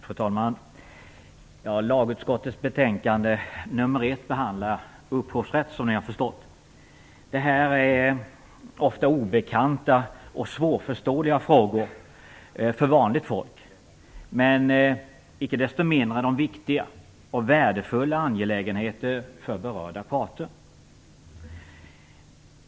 Fru talman! Lagutskottets betänkande nr 1 behandlar upphovsrätt, som ni har förstått. Detta är ofta obekanta och svårförståeliga frågor för vanligt folk, icke desto mindre är det viktiga och värdefulla angelägenheter för berörda parter.